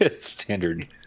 Standard